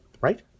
right